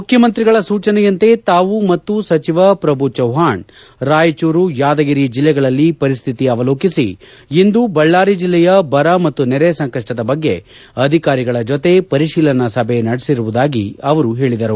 ಮುಖ್ಯಮಂತ್ರಿಗಳ ಸೂಚನೆಯಂತೆ ತಾವು ಮತ್ತು ಸಚಿವ ಪ್ರಭು ಚವ್ಹಾಣ್ ರಾಯಚೂರು ಯಾದಗಿರಿ ಜಿಲ್ಲೆಗಳಲ್ಲಿ ಪರಿಸ್ತಿತಿ ಅವಲೋಕಿಸಿ ಇಂದು ಬಳ್ಳಾರಿ ಜಿಲ್ಲೆಯ ಬರ ಮತ್ತು ನೆರೆ ಸಂಕಷ್ಟದ ಬಗ್ಗೆ ಅಧಿಕಾರಿಗಳ ಜೊತೆ ಪರಿಶೀಲನಾ ಸಭೆ ನಡೆಸಿರುವುದಾಗಿ ಅವರು ಹೇಳಿದರು